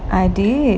I did